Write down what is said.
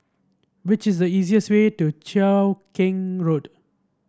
which is the easiest way to Cheow Keng Road